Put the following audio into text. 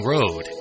Road